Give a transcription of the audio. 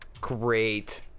Great